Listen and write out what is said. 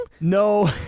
No